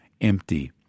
empty